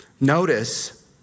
Notice